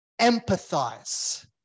empathize